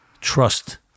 trust